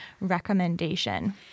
recommendation